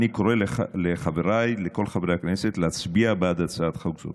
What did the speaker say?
אני קורא לכל חברי הכנסת להצביע בעד הצעת חוק זו.